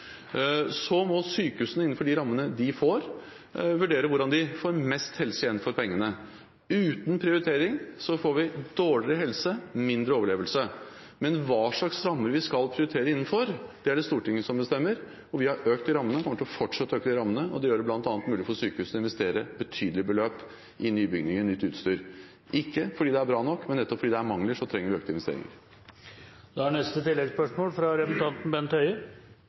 dårligere helse og mindre overlevelse. Men hva slags rammer vi skal prioritere innenfor, er det Stortinget som bestemmer. Vi har økt rammene, og vi kommer til å fortsette å øke rammene. Det gjør det bl.a. mulig for sykehusene å investere betydelige beløp i nye bygg og nytt utstyr – ikke fordi det er bra nok, men nettopp fordi det er mangler, trenger vi økte investeringer. Bent Høie – til oppfølgingsspørsmål. Jeg er